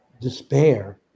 despair